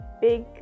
big